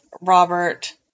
Robert